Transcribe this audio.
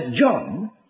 John